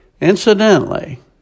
Incidentally